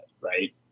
right